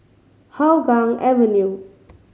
Hougang Avenue